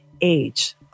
Age